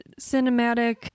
cinematic